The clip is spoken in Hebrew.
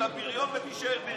אתה בריון ותישאר בריון.